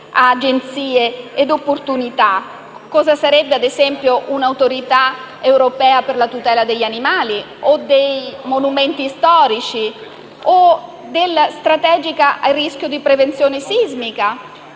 Agenzie e opportunità quali - ad esempio - un'Autorità europea per la tutela degli animali o dei monumenti storici e per la strategia per la prevenzione sismica